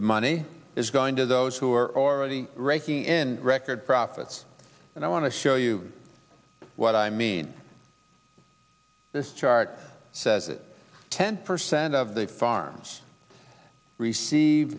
the money is going to those who are already raking in record profits and i want to show you what i mean this chart says ten percent of the farms receive